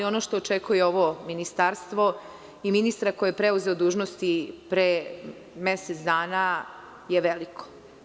Ono što očekuje ovo ministarstvo i ministra koji je preuzeo dužnosti pre mesec dana je veliko.